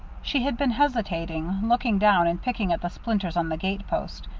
she had been hesitating, looking down and picking at the splinters on the gate post.